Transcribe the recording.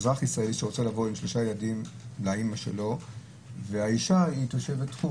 אזרח ישראלי שרוצה לבוא עם שלושה ילדים לאימא שלו והאישה היא תושבת חוץ.